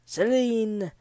Celine